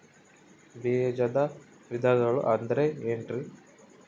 ಬೇಜದ ವಿಧಗಳು ಅಂದ್ರೆ ಏನ್ರಿ?